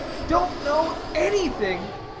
don't know anything.